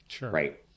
right